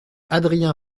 adrien